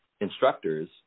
instructors